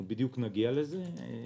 זאת